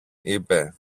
είπε